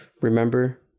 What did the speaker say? remember